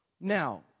Now